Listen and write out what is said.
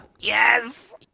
Yes